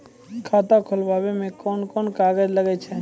खाता खोलावै मे कोन कोन कागज लागै छै?